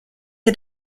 ihr